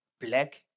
black